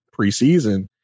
preseason